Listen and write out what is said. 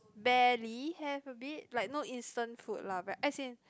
barely have a bit like no instant food lah but as in